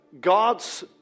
God's